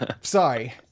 Sorry